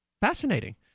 Fascinating